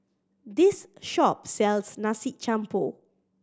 this shop sells Nasi Campur